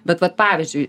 bet vat pavyzdžiui